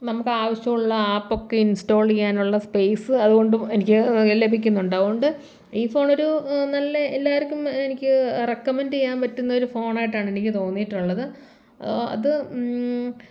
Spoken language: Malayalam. നമുക്കാവശ്യുള്ള ആപ്പൊക്കെ ഇൻസ്റ്റാൾ ചെയ്യാനുള്ള സ്പേയ്സ് അതുകൊണ്ട് എനിക്ക് ലഭിക്കുന്നുണ്ട് അതുകൊണ്ട് ഈ ഫോണൊരു നല്ല എല്ലാവർക്കും എനിക്ക് റെക്കമെൻറ്റെയ്യാൻ പറ്റുന്ന ഒരു ഫോണായിട്ടാണ് എനിക്ക് തോന്നിയിട്ടുള്ളത് അത്